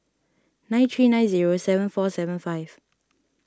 nine three nine zero seven four seven five